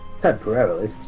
Temporarily